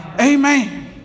Amen